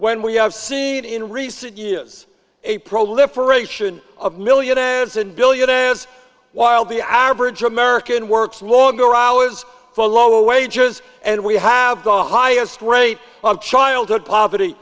when we have seen in recent years a proliferation of millionaires and billionaires while the average american works longer hours for lower wages and we have the highest rate of childhood poverty